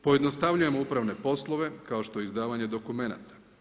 Pojednostavljujemo upravne poslove kao što je izdavanje dokumenata.